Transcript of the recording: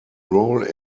roll